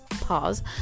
pause